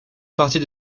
partie